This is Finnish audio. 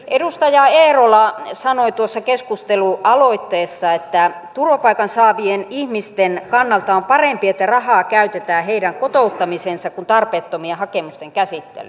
edustaja eerola sanoi tuossa keskustelualoitteessa että turvapaikan saavien ihmisten kannalta on parempi että rahaa käytetään heidän kotouttamiseensa kuin tarpeettomien hakemusten käsittelyyn